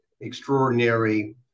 extraordinary